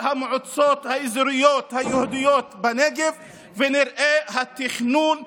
המועצות האזוריות היהודיות בנגב ונראה את התכנון השונה.